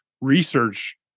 research